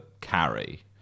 carry